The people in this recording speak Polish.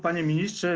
Panie Ministrze!